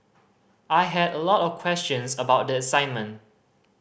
I had a lot of questions about the assignment